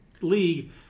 league